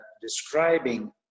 describing